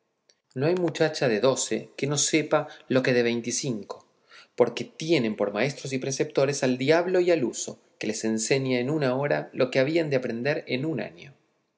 no hay muchacha de doce que no sepa lo que de veinte y cinco porque tienen por maestros y preceptores al diablo y al uso que les enseña en una hora lo que habían de aprender en un año